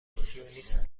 امپرسیونیست